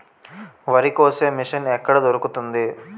వరి కోసే మిషన్ ఎక్కడ దొరుకుతుంది?